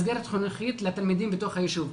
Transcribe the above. מסגרת חינוכית לתלמידים בתוך היישוב.